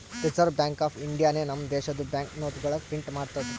reserve bank of ಇಂಡಿಯಾನೆ ನಮ್ ದೇಶದು ಬ್ಯಾಂಕ್ ನೋಟ್ಗೊಳ್ ಪ್ರಿಂಟ್ ಮಾಡ್ತುದ್